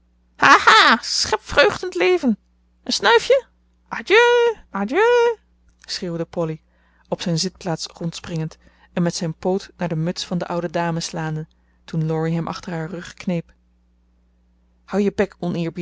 schep vreugd in t leven een snuifje adieu adieu schreeuwde polly op zijn zitplaats rondspringend en met zijn poot naar de muts van de oude dame slaande toen laurie hem achter haar rug kneep houd je bek